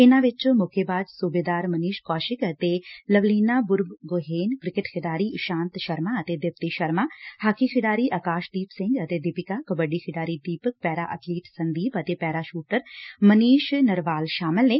ਇਨਾਂ ਚ ਮੁੱਕੇਬਾਜ਼ ਸੁਬੇਦਾਰ ਮਨੀਸ਼ ਕੌਸ਼ਿਕ ਅਤੇ ਲਵਲੀਨਾ ਬੁਰ ਗੋਹੇਨ ਕ੍ਕਿਕੇਟ ਖਿਡਾਰੀ ਇਸ਼ਾਂਤ ਸ਼ਰਮਾ ਅਤੇ ਦੀਪਤੀ ਸ਼ਰਮਾ ਹਾਕੀ ਖਿਡਾਰੀ ਅਕਾਸ਼ਦੀਪ ਸਿੰਘ ਅਤੇ ਦੀਪਿਕਾ ਕਬੱਡੀ ਖਿਡਾਰੀ ਦੀਪਕ ਪੈਰਾ ਐਬਲੀਟ ਸੰਦੀਪ ਅਤੇ ਪੈਰਾ ਸੂਟਰ ਮਨੀਸ਼ ਨਰਵਾਲ ਸ਼ਾਮਲ ਨੇ